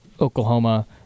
Oklahoma